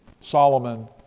Solomon